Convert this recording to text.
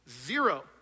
Zero